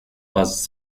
bus